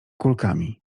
kulkami